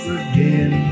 again